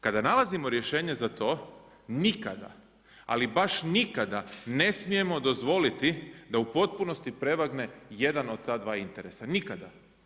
Kada nalazimo rješenje za to, nikada, ali baš nikada ne smijemo dozvoliti da u potpunosti prevagne jedan od ta dva interesa, nikada.